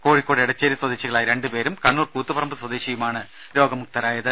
കോഴിക്കോട് എടച്ചേരി സ്വദേശികളായ രണ്ട് പേരും കണ്ണൂർ കൂത്തുപറമ്പ് സ്വദേശിയുമാണ് രോഗമുക്തരായത്